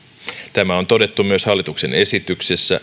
tämä on todettu myös hallituksen esityksessä